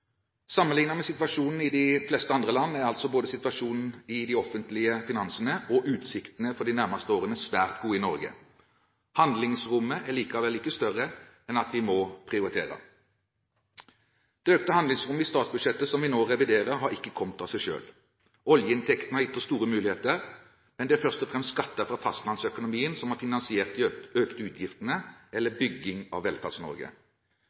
Sammenlignet med situasjonen i de fleste andre land er både situasjonen i de offentlige finansene og utsiktene for de nærmeste årene svært gode i Norge. Handlingsrommet er likevel ikke større enn at vi må prioritere. Det økte handlingsrommet i statsbudsjettet som vi nå reviderer, har ikke kommet av seg selv. Oljeinntektene har gitt oss store muligheter, men det er først og fremst skatter fra fastlandsøkonomien som har finansiert de økte utgiftene eller bygging av